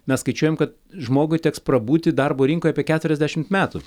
mes skaičiuojam kad žmogui teks prabūti darbo rinkoj apie keturiasdešimt metų